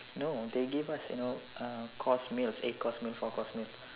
no they give us you know uh course meals eight course meal four course meal